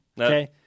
okay